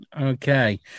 Okay